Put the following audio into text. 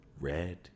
red